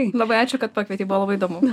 labai ačiū kad pakvietei buvo labai įdomu